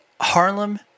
Harlem